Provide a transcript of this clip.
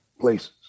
places